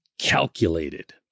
calculated